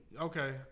Okay